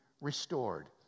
restored